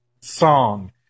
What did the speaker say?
Song